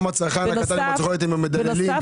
העולם נותנים מכסים ורק אצלנו מבטלים הכול.